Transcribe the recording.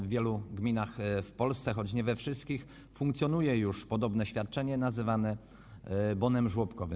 W wielu gminach w Polsce, choć nie we wszystkich, funkcjonuje już podobne świadczenie nazywane bonem żłobkowym.